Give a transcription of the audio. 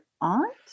aunt